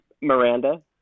Miranda